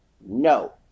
No